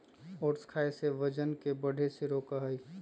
oats खाई से वजन के बढ़े से रोका हई